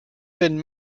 been